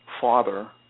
father